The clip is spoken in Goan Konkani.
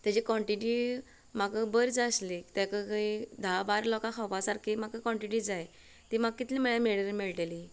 तेची क्वॉन्टिटी म्हाका बरी जाय आशिल्ली तेका धा बारा लोकांक खावपा सारखी म्हाका क्वॉन्टिटी जाय ती म्हाका कितली म्हळ्यार मेळटली